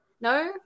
no